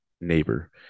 neighbor